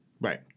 Right